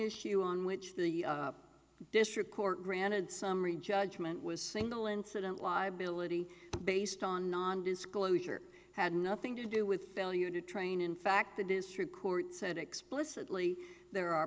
issue on which the district court granted summary judgment was single incident liability based on non disclosure had nothing to do with failure to train in fact the district court said explicitly there